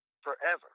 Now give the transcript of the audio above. forever